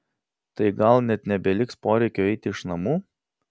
tai gal net nebeliks poreikio eiti iš namų